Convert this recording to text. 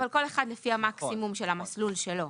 אבל כל אחד לפי המקסימום של המסלול שלו,